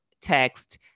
text